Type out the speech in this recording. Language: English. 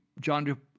John